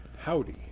howdy